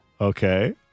Okay